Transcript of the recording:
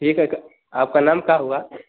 ठीक है सर आपका नाम का होगा